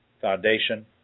foundation